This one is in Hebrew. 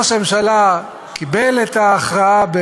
ראש הממשלה קיבל את ההכרעה,